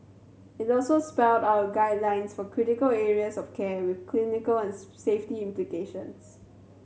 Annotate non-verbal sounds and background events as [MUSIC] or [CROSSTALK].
it also spelled out guidelines for critical areas of care with clinical and [UNINTELLIGIBLE] safety implications